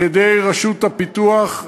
על-ידי רשות הפיתוח,